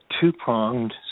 two-pronged